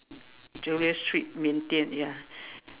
Chulia street Beng-Thin ya